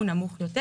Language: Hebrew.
הוא נמוך יותר,